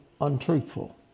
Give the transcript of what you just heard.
untruthful